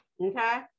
okay